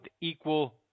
equal